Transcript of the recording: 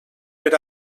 per